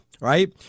Right